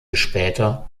später